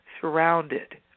surrounded